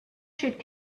should